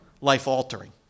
life-altering